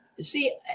see